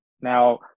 Now